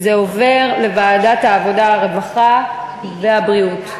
הנושא עובר לוועדת העבודה, הרווחה והבריאות.